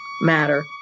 matter